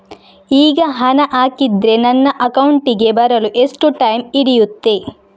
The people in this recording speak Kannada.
ಈಗ ಹಣ ಹಾಕಿದ್ರೆ ನನ್ನ ಅಕೌಂಟಿಗೆ ಬರಲು ಎಷ್ಟು ಟೈಮ್ ಹಿಡಿಯುತ್ತೆ?